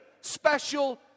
special